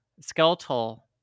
skeletal